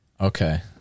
Okay